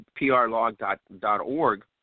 prlog.org